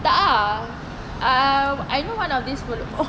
tak ah I know one of this would oh